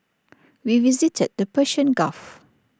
we visited the Persian gulf